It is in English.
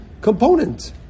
component